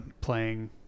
playing